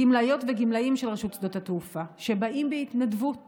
גמלאיות וגמלאים של רשות שדות התעופה שבאים בהתנדבות